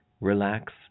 relax